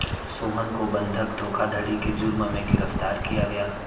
सोहन को बंधक धोखाधड़ी के जुर्म में गिरफ्तार किया गया